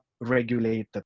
regulated